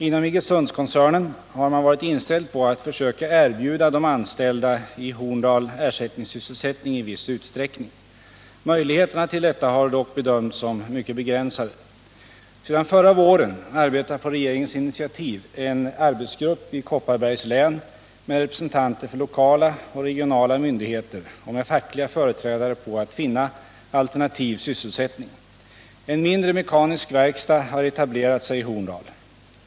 Inom Iggesundskoncernen har man varit inställd på att försöka erbjuda de anställda i Horndal ersättningssysselsättning i viss utsträckning. Möjligheterna till detta har dock bedömts som mycket begränsade. Sedan förra våren arbetar på regeringens initiativ en arbetsgrupp i Kopparbergs län med representanter för lokala och regionala myndigheter och med fackliga företrädare på att finna alternativ sysselsättning. En mindre, mekanisk verkstad har etablerat sig i Horndal.